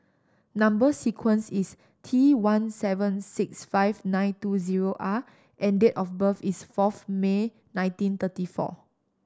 number sequence is T one seven six five nine two zero R and date of birth is fourth May nineteen thirty four